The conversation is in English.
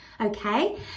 Okay